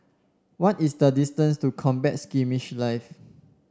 what is the distance to Combat Skirmish Live